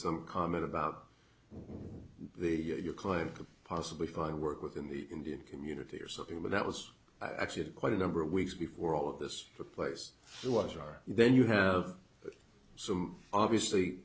some comment about the your client could possibly find work within the indian community or something but that was actually quite a number of weeks before all of this took place to watch our then you have some obviously